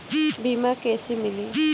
बीमा कैसे मिली?